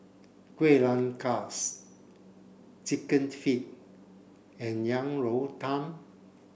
Kuih Rengas chicken feet and Yang Rou Tang